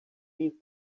meet